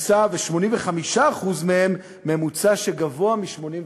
ו-85% מהם בממוצע שגבוה מ-85.